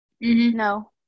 No